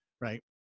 right